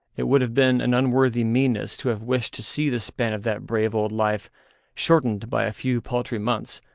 it would have been an unworthy meanness to have wished to see the span of that brave old life shortened by a few paltry months,